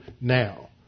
now